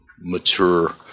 mature